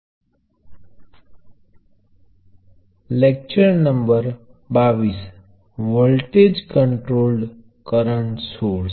આગળ હવે આપણે પ્ર્વાહ નિયંત્રિત વોલ્ટેજ સ્ત્રોત જોઈએ છીએ